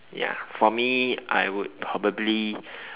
ya for me I would probably